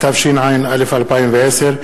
התשע"א 2010,